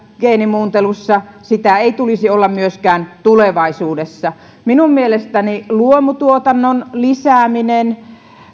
geenimuuntelussa sitä ei tulisi olla myöskään tulevaisuudessa minun mielestäni luomutuotannon lisääminen